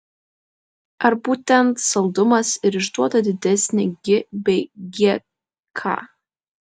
ar būtent saldumas ir išduoda didesnį gi bei gk